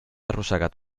arrossegat